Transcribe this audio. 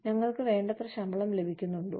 ഞങ്ങൾക്ക് വേണ്ടത്ര ശമ്പളം ലഭിക്കുന്നുണ്ടോ